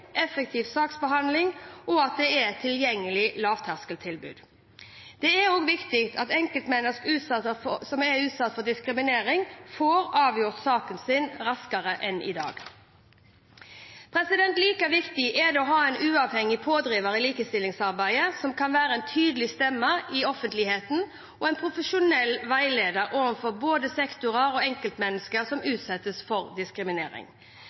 effektiv saksbehandling og at det er et tilgjengelig lavterskeltilbud. Det er også viktig at enkeltmennesker utsatt for diskriminering får avgjort saken sin raskere enn i dag. Like viktig er det å ha en uavhengig pådriver i likestillingsarbeidet, som kan være en tydelig stemme i offentligheten og en profesjonell veileder overfor både sektorer og enkeltmennesker som utsettes for diskriminering.